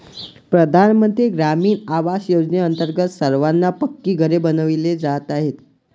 प्रधानमंत्री ग्रामीण आवास योजनेअंतर्गत सर्वांना पक्की घरे बनविली जात आहेत